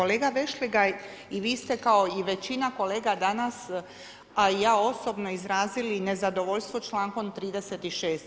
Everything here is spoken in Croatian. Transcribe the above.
Kolega Vešligaj i vi ste kao i većina kolega danas a i ja osobno izrazili nezadovoljstvo člankom 36.